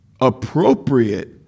appropriate